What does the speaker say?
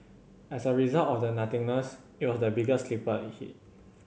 as a result of the nothingness it is the biggest sleeper hit